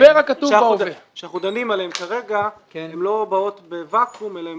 התקנות עליהן אנחנו דנים כרגע לא באות בוואקום אלא הן